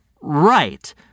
Right